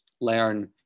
learn